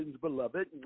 beloved